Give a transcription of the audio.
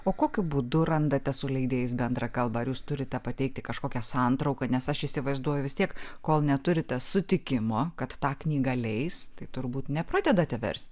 o kokiu būdu randate su leidėjais bendrą kalbą ar jūs turite pateikti kažkokią santrauką nes aš įsivaizduoju vis tiek kol neturite sutikimo kad tą knygą leis tai turbūt nepradedate versti